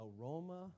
aroma